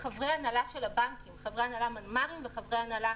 חברי הנהלה של הבנקים חברי הנהלה מנמ"רים וחברי הנהלה